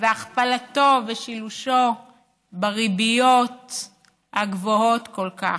והכפלתו ושילושו בריביות הגבוהות כל כך.